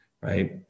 right